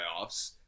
playoffs